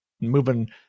moving